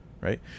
right